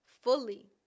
fully